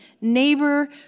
neighbor